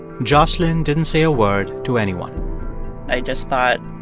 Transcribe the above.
jocelyn didn't say a word to anyone i just thought,